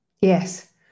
yes